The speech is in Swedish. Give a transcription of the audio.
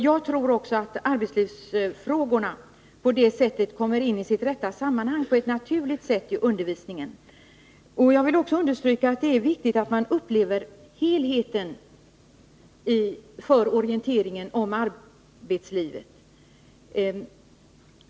Jag tror också att arbetslivsfrågorna på det sättet kommer in i sitt naturliga sammanhang i undervisningen. Jag vill också understryka att det är viktigt att man understryker helheten i orienteringen om arbetslivet.